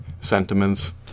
sentiments